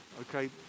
Okay